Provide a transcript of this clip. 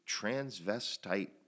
transvestite